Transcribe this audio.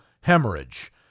hemorrhage